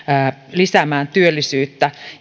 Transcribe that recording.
lisäämään työllisyyttä